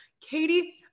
Katie